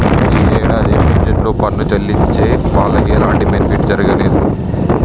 యీ యేడాది బడ్జెట్ లో పన్ను చెల్లించే వాళ్లకి ఎలాంటి బెనిఫిట్ జరగనేదు